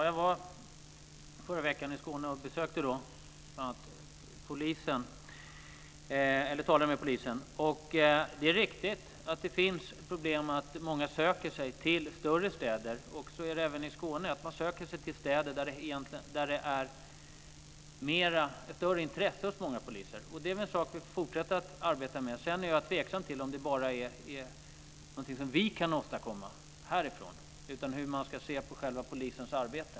Fru talman! Jag var i Skåne i förra veckan och talade då bl.a. med polisen. Det är riktigt att det finns problem med att många söker sig till större städer, och så är det även i Skåne: Man söker sig till städer då det finns ett större intresse för dessa hos många poliser. Det är väl en sak vi får fortsätta att arbeta med. Sedan är jag tveksam till om detta är någonting som vi kan påverka härifrån, dvs. hur man ska se på själva polisens arbete.